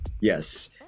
Yes